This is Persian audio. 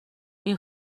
این